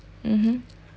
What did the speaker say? mmhmm